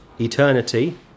eternity